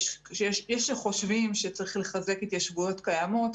יש שחושבים שצריך לחזק התיישבויות קיימות.